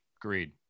agreed